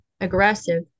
aggressive